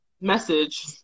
message